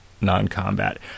non-combat